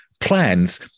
plans